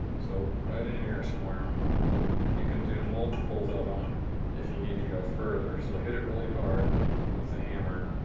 so right in here somewhere you can do multiples of them if you need to go further. so hit it really hard with the hammer